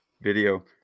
video